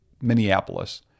Minneapolis